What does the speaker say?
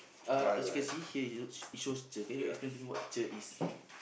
uh as you can see here it shows cher can you explain what cher is